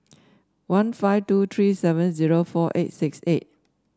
one five two three seven zero four eight six eight